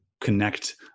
connect